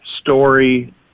story